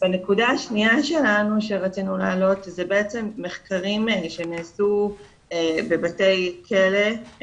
נקודה שנייה שלנו שרצינו להעלות היא שמחקרים שנעשו בבתי כלא,